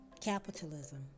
Capitalism